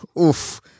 Oof